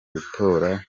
gutora